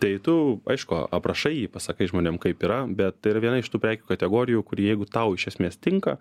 tai tu aišku aprašai jį pasakai žmonėm kaip yra bet tai yra viena iš tų prekių kategorijų kuri jeigu tau iš esmės tinka